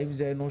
האם זה אנושי,